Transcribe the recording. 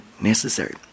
necessary